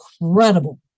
incredible